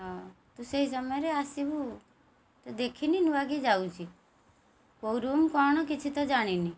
ହଁ ତୁ ସେହି ସମୟରେ ଆସିବୁ ତ ଦେଖିନି ନୂଆକି ଯାଉଛି କେଉଁ ରୁମ୍ କ'ଣ କିଛି ତ ଜାଣିନି